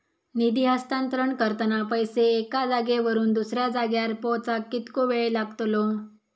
निधी हस्तांतरण करताना पैसे एक्या जाग्यावरून दुसऱ्या जाग्यार पोचाक कितको वेळ लागतलो?